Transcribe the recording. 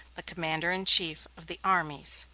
the commander-in-chief of the armies.